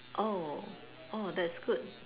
oh orh that's good